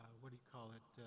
what do you call it,